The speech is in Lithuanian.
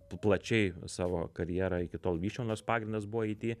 plačiai savo karjerą iki tol vysčiau nors pagrindas buvo it